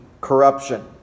corruption